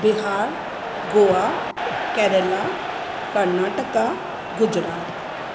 Bihar Goa Kerala Karnataka Gujarat